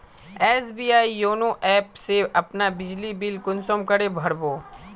SBI YONO app से अपना बिजली बिल कुंसम करे भर बो?